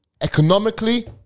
economically